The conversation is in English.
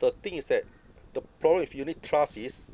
the thing is that the problem with unit trust is